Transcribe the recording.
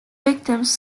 victims